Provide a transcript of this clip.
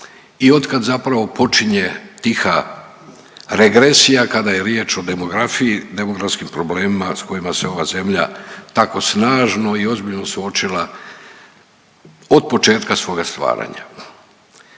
i otkad zapravo počinje tiha regresija kada je riječ o demografiji i demografskim problemima s kojima se ova zemlja tako snažno i ozbiljno suočila od početka svoga stvaranja.